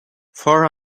four